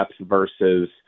versus